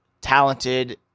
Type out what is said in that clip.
talented